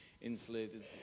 insulated